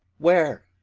where?